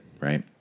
right